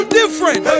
different